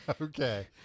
Okay